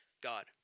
God